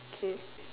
K